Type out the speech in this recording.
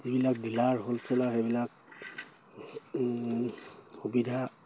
যিবিলাক dealer wholesaler সেইবিলাক সুবিধা